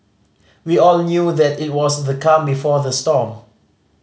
we all knew that it was the calm before the storm